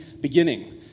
beginning